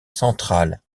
centrale